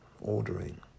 ordering